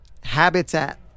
habitat